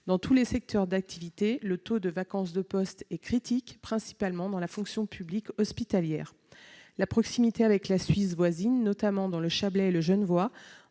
Dans tous les secteurs d'activité, le taux de vacance de postes est critique, particulièrement dans la fonction publique hospitalière. La proximité avec la Suisse, notamment dans le Genevois et le Chablais,